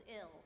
ill